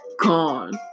gone